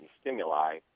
stimuli